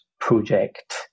Project